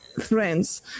friends